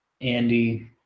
Andy